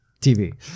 tv